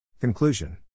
Conclusion